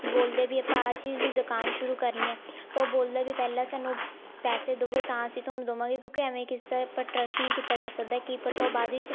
ਬੋਲਦੇ ਵੀ ਆਪਾਂ ਆਹ ਚੀਜ਼ ਦੁਕਾਨ ਸ਼ੁਰੂ ਕਰਨੀ ਹੈ ਤਾਂ ਉਹ ਬੋਲਦੇ ਵੀ ਪਹਿਲਾਂ ਸਾਨੂੰ ਪੈਸੇ ਦੇਵੋ ਤਾਂ ਅਸੀਂ ਤੁਹਾਨੂੰ ਦੇਵਾਂਗੇ ਕਿਉਂਕਿ ਐਵੇਂ ਹੀ ਕਿਸੇ ਪਰ ਟਰੱਸਟ ਨਹੀਂ ਕੀਤਾ ਜਾ ਸਕਦਾ ਹੈ ਕੀ ਪਤਾ ਉਹ ਬਾਅਦ ਵਿੱਚ